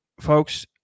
Folks